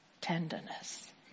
tenderness